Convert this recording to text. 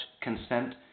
consent